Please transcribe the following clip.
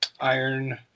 iron